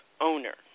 owner